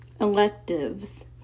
Electives